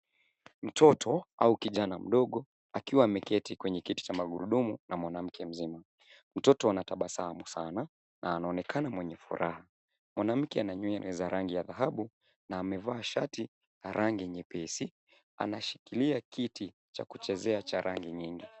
Mtoto au kijana mdogo akiwa ameketi kwenye kiti cha magurudumu na mwanamke, mtoto ametabasamu sana na anaonekana mwenye furaha. Mwanamke ana nywele za rangi ya dhahabu na amevaa shati ya rangi nyepesi, anashikilia kiti cha kuchezea cha rangi nyingi.